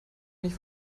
nicht